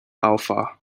alpha